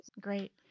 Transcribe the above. Great